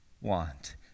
want